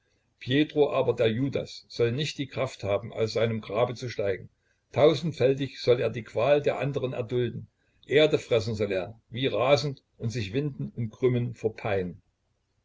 pjetro aber der judas soll nicht die kraft haben aus seinem grabe zu steigen tausendfältig soll er die qual der andern erdulden erde fressen soll er wie rasend und sich winden und krümmen vor